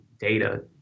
data